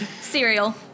cereal